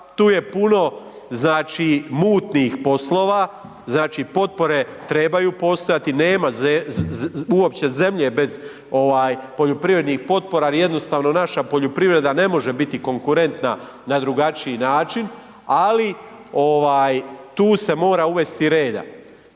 tu je puno mutnih poslova, znači potpore trebaju postojati, nema uopće zemlje bez poljoprivrednih potpora jer jednostavno naša poljoprivreda ne može biti konkurentna na drugačiji način, ali tu se mora uvesti reda.